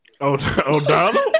O'Donnell